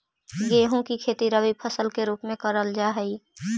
गेहूं की खेती रबी फसल के रूप में करल जा हई